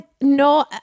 No